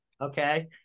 okay